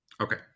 Okay